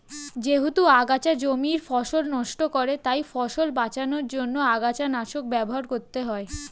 যেহেতু আগাছা জমির ফসল নষ্ট করে তাই ফসল বাঁচানোর জন্য আগাছানাশক ব্যবহার করতে হয়